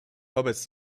hobbits